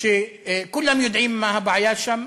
שכולם יודעים מה הבעיה שם: